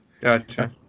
Gotcha